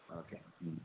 okay